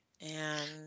And-